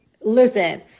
Listen